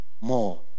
more